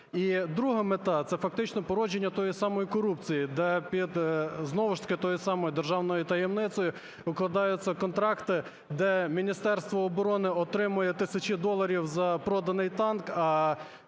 друга мета – це фактично породження тієї самої корупції, де під знову ж таки тією самою державною таємницею укладаються контракти, де Міністерство оборони отримує тисячі доларів за проданий танк,